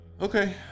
okay